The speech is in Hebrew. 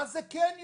מה זה קניון?